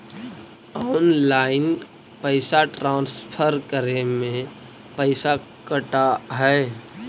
Online पैसा transfer करे में पैसा कटा है?